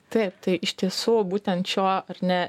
taip tai iš tiesų būtent šio ar ne